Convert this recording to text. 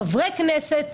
חברי כנסת,